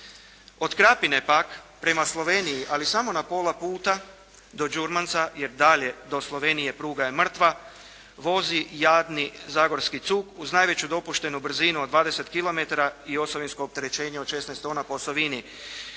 Od Krapine pak prema Sloveniji ali samo na pola puta do Đurmanca jer dalje do Slovenije pruga je mrtva vozi jadni zagorski zug uz najveću dopuštenu brzinu od 20 kilometara i osovinsko opterećenje od 16 tona po osovini.